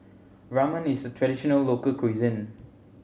Ramen is traditional local cuisine